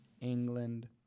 England